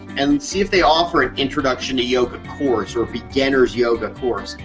and see if they offer an introduction to yoga course or a beginner's yoga course.